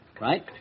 Right